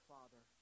Father